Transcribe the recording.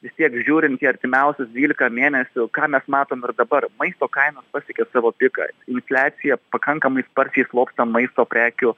vis tiek žiūrint į artimiausius dvylika mėnesių ką mes matom ir dabar maisto kainos pasiekė savo piką infliacija pakankamai sparčiai slopsta maisto prekių